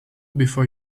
before